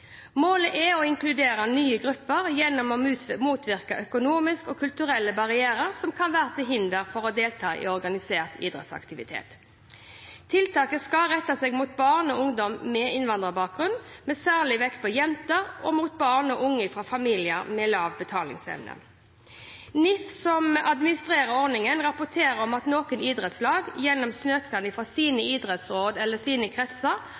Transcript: Målet er å inkludere nye grupper gjennom å motvirke økonomiske og kulturelle barrierer som kan være til hinder for å delta i organisert idrettsaktivitet. Tiltak skal rette seg mot barn og ungdom med innvandrerbakgrunn, med særlig vekt på jenter, og mot barn og ungdom fra familier med lav betalingsevne. NIF, som administrerer ordningen, rapporterer om at noen idrettslag gjennom søknad til sine idrettsråd eller sine kretser